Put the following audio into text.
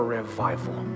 revival